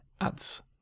ads